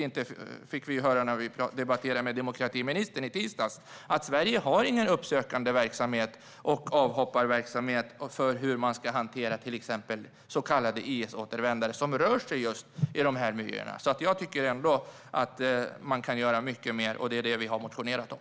När vi debatterade med demokratiministern i tisdags fick vi höra att Sverige inte har någon uppsökande verksamhet och avhopparverksamhet för hur man ska hantera till exempel så kallade IS-återvändare som rör sig just i de miljöerna. Jag tycker ändå att man kan göra mycket mer, och det är vad vi har motionerat om.